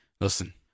Listen